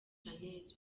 shanel